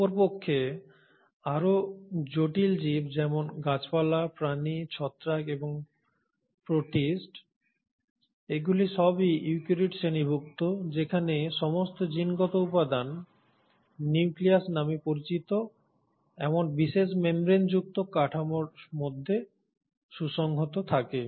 অপরপক্ষে আরও জটিল জীব যেমন গাছপালা প্রাণী ছত্রাক এবং প্রোটিস্ট এগুলি সবই ইউক্যারিওট শ্রেণীভূক্ত যেখানে সমস্ত জিনগত উপাদান নিউক্লিয়াস নামে পরিচিত একটি বিশেষ মেমব্রেন যুক্ত কাঠামোর মধ্যে সুসংহত থাকে